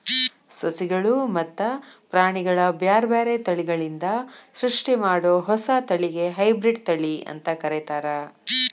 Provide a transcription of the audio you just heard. ಸಸಿಗಳು ಮತ್ತ ಪ್ರಾಣಿಗಳ ಬ್ಯಾರ್ಬ್ಯಾರೇ ತಳಿಗಳಿಂದ ಸೃಷ್ಟಿಮಾಡೋ ಹೊಸ ತಳಿಗೆ ಹೈಬ್ರಿಡ್ ತಳಿ ಅಂತ ಕರೇತಾರ